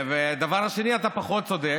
בדבר השני אתה פחות צודק,